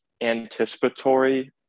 anticipatory